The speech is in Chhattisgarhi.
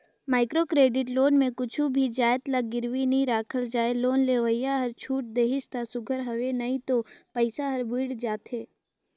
माइक्रो क्रेडिट लोन में कुछु भी जाएत ल गिरवी नी राखय लोन लेवइया हर छूट देहिस ता सुग्घर हवे नई तो पइसा हर बुइड़ जाथे